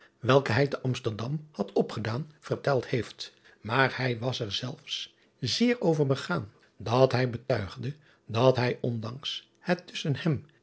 welke hij te msterdam had opgedaan verteld heeft maar hij was er zelfs zeer over begaan daar hij betuigde dat hij ondanks het tusschen hem